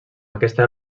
aquesta